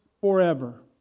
forever